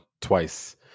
twice